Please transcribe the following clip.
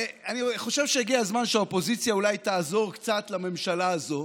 אני חושב שהגיע הזמן שהאופוזיציה אולי תעזור קצת לממשלה הזו,